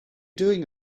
doing